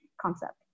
concept